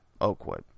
Oakwood